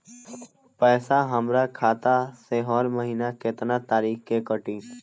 पैसा हमरा खाता से हर महीना केतना तारीक के कटी?